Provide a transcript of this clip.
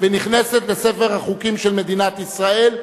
והיא נכנסת לספר החוקים של מדינת ישראל.